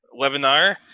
webinar